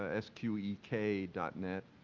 s q e k dot net,